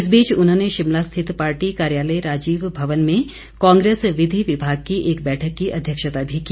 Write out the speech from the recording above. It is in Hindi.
इस बीच उन्होंने शिमला स्थित पार्टी कार्यालय राजीव भवन में कांग्रेस विधि विभाग की एक बैठक की अध्यक्षता भी की